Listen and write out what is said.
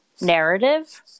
narrative